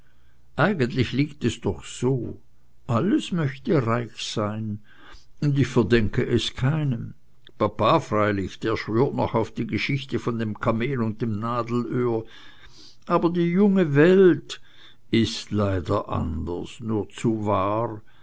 eigentlich liegt es doch so alles möchte reich sein und ich verdenke es keinem papa freilich der schwört noch auf die geschichte von dem kamel und dem nadelöhr aber die junge welt ist leider anders nur zu wahr